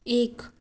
एक